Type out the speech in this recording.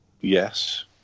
Yes